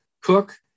Cook